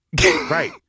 Right